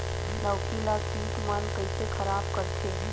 लौकी ला कीट मन कइसे खराब करथे?